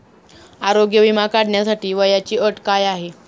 आरोग्य विमा काढण्यासाठी वयाची अट काय आहे?